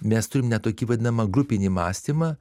mes turim net tokį vadinamą grupinį mąstymą